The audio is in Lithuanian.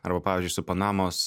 arba pavyzdžiui su panamos